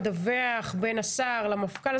מדווח בין השר למפכ"ל,